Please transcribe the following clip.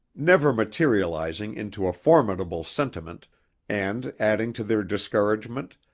never materializing into a formidable sentiment and, adding to their discouragement,